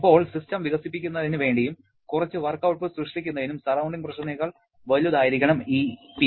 ഇപ്പോൾ സിസ്റ്റം വികസിപ്പിക്കുന്നതിന് വേണ്ടിയും കുറച്ച് വർക്ക് ഔട്ട്പുട്ട് സൃഷ്ടിക്കുന്നതിനും സറൌണ്ടിങ് പ്രഷറിനെക്കാൾ വലുതായിരിക്കണം ഈ P